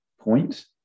point